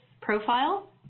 profile